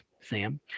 Sam